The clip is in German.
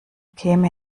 käme